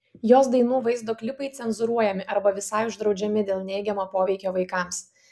jos dainų vaizdo klipai cenzūruojami arba visai uždraudžiami dėl neigiamo poveikio vaikams